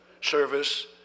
service